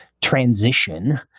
transition